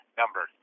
number